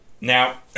Now